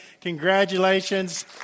Congratulations